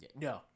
No